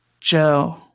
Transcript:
Joe